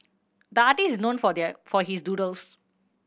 the artist is known for their for his doodles